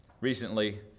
recently